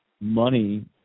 money